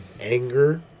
Anger